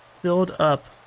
filled up.